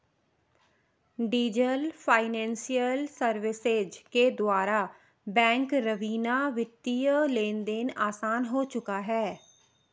diesel financial services के द्वारा bank रवीना वित्तीय लेनदेन आसान हो चुका है